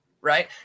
right